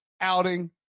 outing